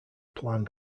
plan